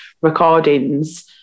recordings